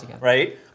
right